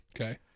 okay